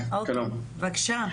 בקשה,